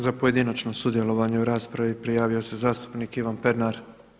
Za pojedinačno sudjelovanje u raspravi prijavio se zastupnik Ivan Pernar.